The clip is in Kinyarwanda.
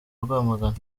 rwamagana